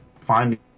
finding